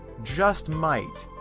just might.